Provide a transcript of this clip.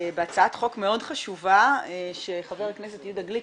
בהצעת חוק מאוד חשובה שחבר הכנסת יהודה גליק,